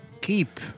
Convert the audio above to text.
Keep